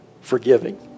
forgiving